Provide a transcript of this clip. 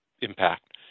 impact